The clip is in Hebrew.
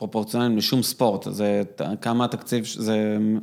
‫פרופורציונליים לשום ספורט, ‫זה כמה התקציב...